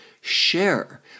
share